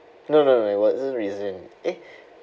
no no it wasn't reason eh